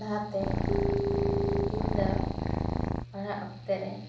ᱞᱟᱦᱟᱛᱮ ᱤᱧ ᱫᱚ ᱯᱟᱲᱦᱟᱜ ᱚᱠᱛᱮᱨᱮ